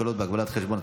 הקלות בהגבלת חשבון),